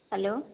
hello